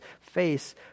face